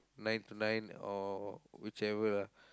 nine to nine or whichever ah